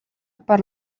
per